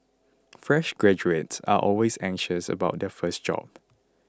fresh graduates are always anxious about their first job